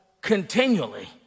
continually